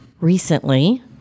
recently